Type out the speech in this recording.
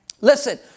Listen